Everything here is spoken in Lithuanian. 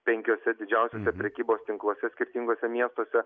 penkiuose didžiausiuose prekybos tinkluose skirtinguose miestuose